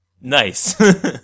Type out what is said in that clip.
Nice